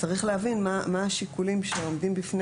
צריך להבין מהם השיקולים שעומדים בפני